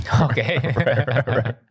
Okay